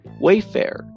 Wayfair